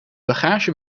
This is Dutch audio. bagage